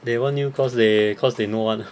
they want you cause they no one